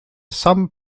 some